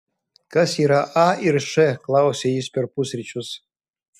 kas yra a ir š klausia jis per pusryčius